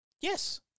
yes